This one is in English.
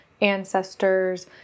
ancestors